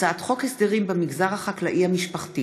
הצעת חוק הסדרים במגזר החקלאי המשפחתי